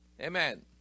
Amen